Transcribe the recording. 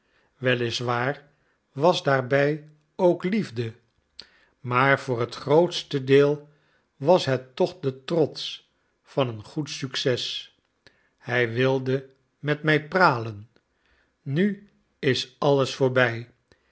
waar was daarbij ook liefde maar voor het grootste deel was het toch de trots van het goed succes hij wilde met mij pralen nu is alles voorbij